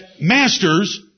masters